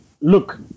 look